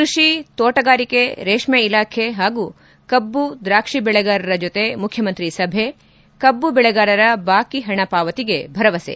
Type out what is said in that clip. ಕೃಷಿ ತೋಟಗಾರಿಕೆ ರೇಷ್ಮೆ ಇಲಾಖೆ ಹಾಗೂ ಕಬ್ಬು ದ್ರಾಕ್ಷಿ ಬೆಳೆಗಾರರ ಜೊತೆ ಮುಖ್ಯಮಂತ್ರಿ ಸಭೆ ಕಬ್ಬು ಬೆಳೆಗಾರರ ಬಾಕಿ ಹಣ ಪಾವತಿಗೆ ಭರವಸೆ